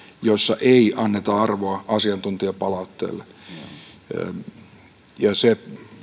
joissa ei anneta arvoa asiantuntijapalautteelle se